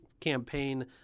campaign